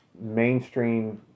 mainstream